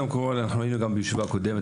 ואז אנחנו נאלצים להביא מבנים יבילים,